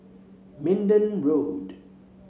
Minden Road